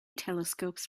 telescopes